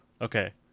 okay